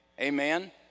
Amen